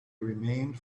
remained